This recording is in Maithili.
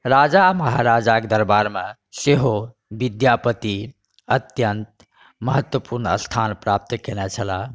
राजा महाराजके दरबारमे सेहो विद्यापति अत्यन्त महत्वपुर्ण स्थान प्राप्त कयने छलाह